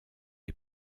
est